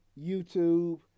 youtube